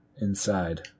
inside